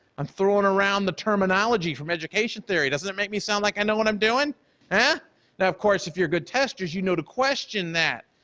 i'm throwing around the terminology from education theory doesn't it make me sound like i know what i'm doing ah of course, if you're a good tester, you know to question that,